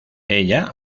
ella